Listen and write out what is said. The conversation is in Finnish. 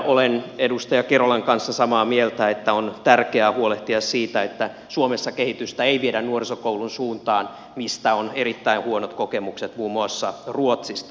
olen edustaja kerolan kanssa samaa mieltä että on tärkeää huolehtia siitä että suomessa kehitystä ei viedä nuorisokoulun suuntaan mistä on erittäin huonot kokemukset muun muassa ruotsista